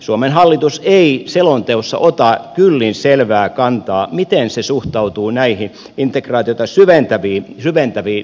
suomen hallitus ei selonteossa ota kyllin selvää kantaa miten se suhtautuu näihin integraatiota syventäviin linjauksiin